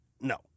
No